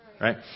right